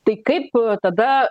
tai kaip tada